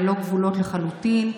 ללא גבולות לחלוטין.